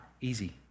easy